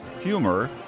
humor